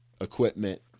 equipment